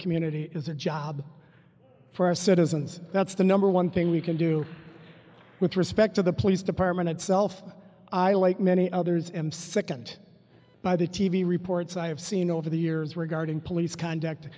community is a job for our citizens that's the number one thing we can do with respect to the police department itself i like many others am sickened by the t v reports i have seen over the years regarding police conduct